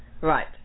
right